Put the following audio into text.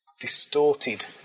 distorted